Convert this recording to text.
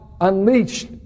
unleashed